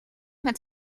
met